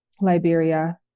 Liberia